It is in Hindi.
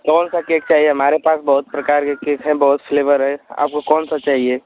कौन सा केक चाहिए हमारे पास बहुत प्रकार के केक हैं बहुत फ्लेवर हैँ आपको कौन सा चाहिए